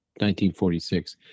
1946